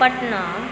Patna